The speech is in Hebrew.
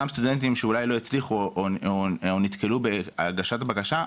אותם סטודנטים שאולי לא הצליחו או נתקלו בהגשת בקשה,